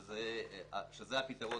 שזה הפתרון